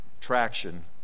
traction